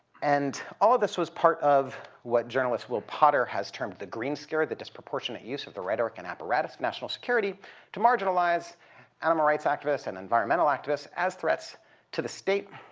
and all of this was part of what journalist will potter has termed the green scare the disproportionate use of the rhetoric and apparatus of national security to marginalize animal rights activists and environmental activists as threats to the state.